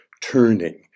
turning